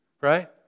Right